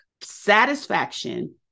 satisfaction